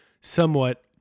somewhat